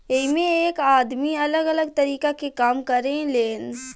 एइमें एक आदमी अलग अलग तरीका के काम करें लेन